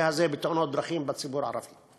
הזה של תאונות דרכים בציבור הערבי,